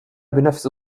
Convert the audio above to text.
بنفس